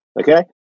okay